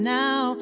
now